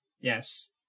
Yes